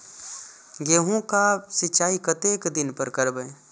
गेहूं का सीचाई कतेक दिन पर करबे?